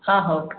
ହଁ ହଉ